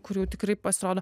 kurių tikrai pasirodo